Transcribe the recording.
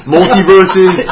Multiverses